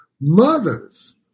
Mothers